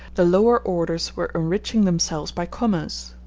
the lower orders were enriching themselves by commerce.